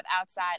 outside